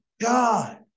God